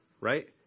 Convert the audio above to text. right